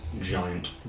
giant